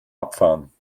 abfahren